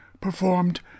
performed